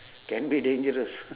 can be dangerous